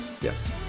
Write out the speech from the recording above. Yes